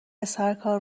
سرکار